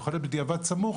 ויכול להיות בדיעבד סמוך,